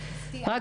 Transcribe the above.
מתוך 160 מקרים,